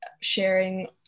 sharing